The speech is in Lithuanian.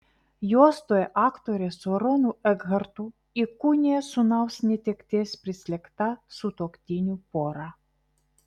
juostoje aktorė su aronu ekhartu įkūnija sūnaus netekties prislėgtą sutuoktinių porą